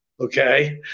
Okay